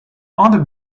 other